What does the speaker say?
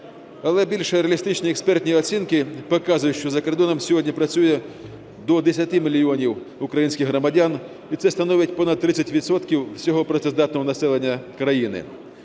Але більш реалістичні експертні оцінки показують, що за кордоном сьогодні працює до 10 мільйонів українських громадян, і це становить понад 30 відсотків всього працездатного населення країни.